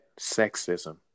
sexism